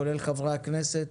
כולל חברי הכנסת,